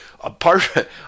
apart